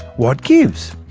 what gives?